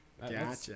Gotcha